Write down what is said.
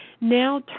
now